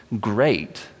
great